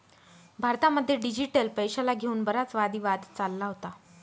भारतामध्ये डिजिटल पैशाला घेऊन बराच वादी वाद चालला होता